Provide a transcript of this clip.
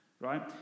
Right